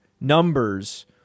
numbers